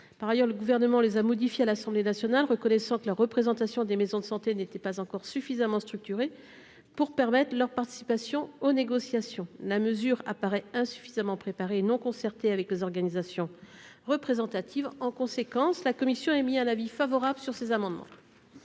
Par ailleurs, le Gouvernement les a modifiées à l'Assemblée nationale, reconnaissant que la représentation des maisons de santé n'était pas encore suffisamment structurée pour permettre leur participation aux négociations. La mesure apparaît insuffisamment préparée et non concertée avec les organisations représentatives. En conséquence, la commission a émis un avis favorable sur ces amendements.